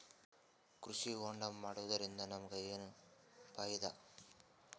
ಕೃಷಿ ಹೋಂಡಾ ಮಾಡೋದ್ರಿಂದ ನಮಗ ಏನ್ ಫಾಯಿದಾ?